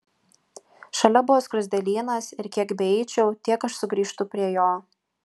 šalia buvo skruzdėlynas ir kiek beeičiau tiek aš sugrįžtu prie jo